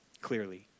clearly